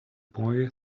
boy